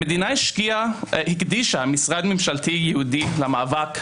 המדינה הקדישה משרד ממשלתי ייעודי למאבק,